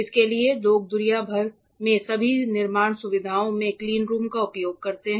इसके लिए लोग दुनिया भर में सभी निर्माण सुविधाओं में क्लीनरूम का उपयोग करते हैं